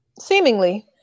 Seemingly